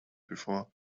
before